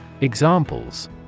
Examples